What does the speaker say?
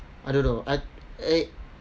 I don't know I eh